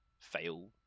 fail